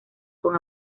con